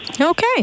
okay